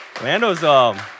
Lando's